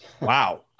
wow